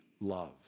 love